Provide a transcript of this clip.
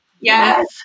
Yes